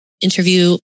interview